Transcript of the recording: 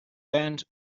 band